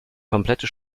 komplette